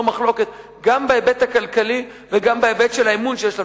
מחלוקת גם בהיבט הכלכלי וגם בהיבט של האמון שיש לנו.